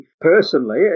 personally